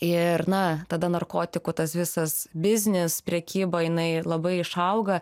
ir na tada narkotikų tas visas biznis prekyba jinai labai išauga